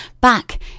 back